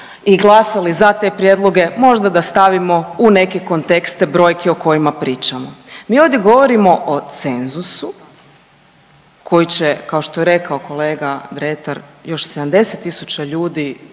i glasali za te prijedloge, možda da stavimo u neke kontekste brojke o kojima pričamo. Mi ovdje govorimo o cenzusu koji će, kao što je rekao kolega Dretar, još 70 tisuća ljudi